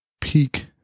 peak